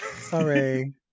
Sorry